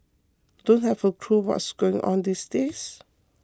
don't have a clue what's going on these days